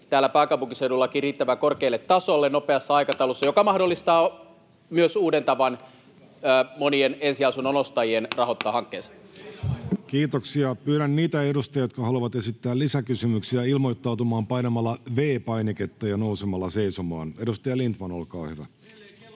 täällä pääkaupunkiseudullakin riittävän korkeille tasoille nopeassa aikataulussa, mikä mahdollistaa myös uuden tavan monien ensiasunnon ostajien rahoittaa hankkeensa. Kiitoksia. — Pyydän niitä edustajia, jotka haluavat esittää lisäkysymyksiä, ilmoittautumaan painamalla V-painiketta ja nousemalla seisomaan. — Edustaja Lindtman, olkaa hyvä.